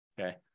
okay